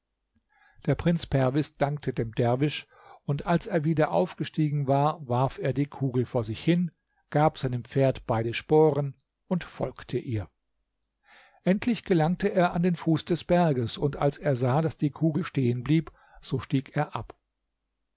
der prinz perwis dankte dem derwisch und als er wieder aufgestiegen war warf er die kugel vor sich hin gab seinem pferd beide sporen und folgte ihr endlich gelangte er an den fuß des berges und als er sah daß die kugel stehen blieb so stieg er ab